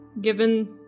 given